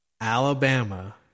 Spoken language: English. Alabama